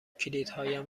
کلیدهایم